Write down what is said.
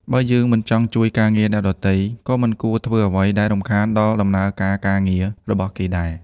បើយើងមិនចង់ជួយការងារអ្នកដទៃ ក៏មិនគួរធ្វើអ្វីដែលរំខានដល់ដំណើរការការងាររបស់គេដែរ។